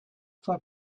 for